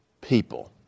people